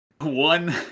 One